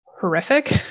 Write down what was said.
horrific